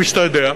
כפי שאתה יודע,